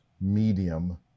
medium